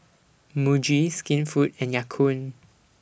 Muji Skinfood and Ya Kun